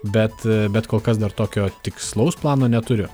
bet bet kol kas dar tokio tikslaus plano neturiu